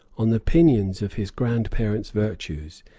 on the pinions of his grandparents' virtues,